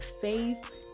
faith